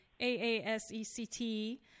AASECT